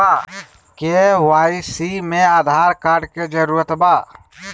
KYC में Aadhaar card के जरूरत बा?